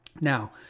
Now